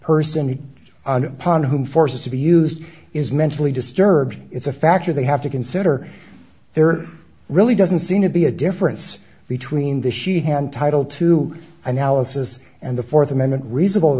person paan who forces to be used is mentally disturbed it's a factor they have to consider there really doesn't seem to be a difference between the she had title to analysis and the fourth amendment reasonable